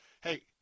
Hey